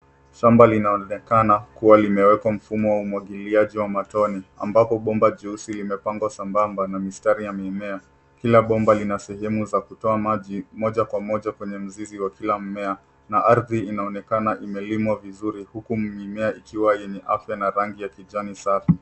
Shamba linaonekana kuwa limewekwa mfumo wa umwagiliaji wa matone ambapo bomba jeusi limepangwa sambamba na mistari ya mimea. Kila bomba lina sehemu ya kutoa maji moja kwa moja kwenye mizizi ya kila mimea na ardhi inaonekana imelimwa vizuri na mimea ikiwa yenye afya na rangi ya kijani safi.